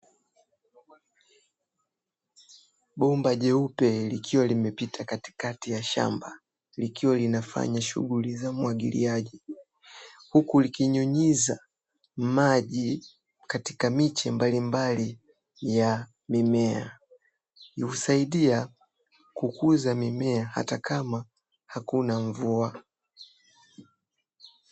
Bomba jeupe likiwa limepita katikati ya shamba likiwa linafanya shughuli za umwagiliaji, huku likinyunyiza maji katika miche mbalimbali ya mimea husaidia kukuza mimea hatakama hakuna mvua.